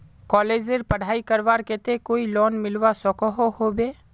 कॉलेजेर पढ़ाई करवार केते कोई लोन मिलवा सकोहो होबे?